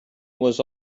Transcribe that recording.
was